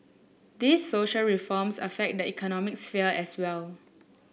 these social reforms affect the economic sphere as well